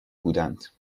بودند